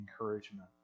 encouragement